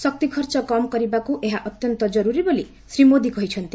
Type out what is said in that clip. ଶକ୍ତି ଖର୍ଚ୍ଚ କମ୍ କରିବାକୁ ଏହା ଅତ୍ୟନ୍ତ କରୁରୀ ବୋଲି ଶ୍ରୀ ମୋଦି କହିଛନ୍ତି